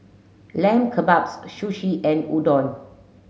Lamb Kebabs Sushi and Udon